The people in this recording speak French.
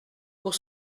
pour